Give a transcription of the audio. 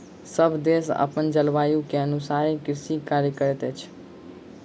सभ देश अपन जलवायु के अनुसारे कृषि कार्य करैत अछि